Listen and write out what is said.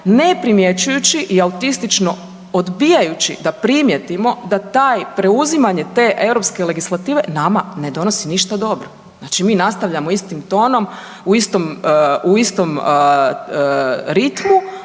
ne primjećujući i autistično odbijajući da primijetimo da preuzimanje te europske legislative nama ne donosi ništa dobro. Znači mi nastavljamo istim tonom u istom ritmu,